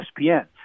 ESPN